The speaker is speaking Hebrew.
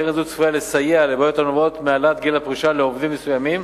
קרן זו צפויה לסייע לבעיות הנובעות מהעלאת גיל הפרישה לעובדים מסוימים,